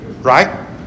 Right